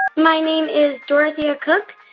my name is dorothea cook.